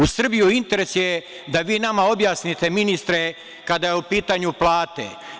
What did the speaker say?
U Srbiji je interes da vi nama objasnite, ministre, kada su u pitanju plate.